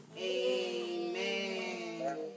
Amen